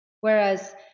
whereas